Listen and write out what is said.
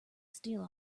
steal